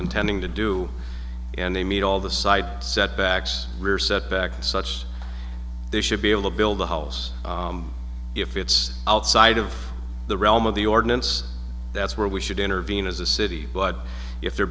intending to do and they meet all the side setbacks we're set back as such they should be able to build a house if it's outside of the realm of the ordinance that's where we should intervene as a city but if they're